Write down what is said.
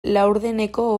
laurdeneko